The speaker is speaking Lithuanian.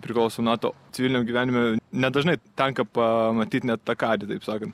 priklausom nato civiliniam gyvenime nedažnai tenka pamatyt ne tą karį taip sakant